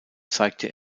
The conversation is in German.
zeigte